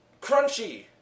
crunchy